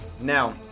Now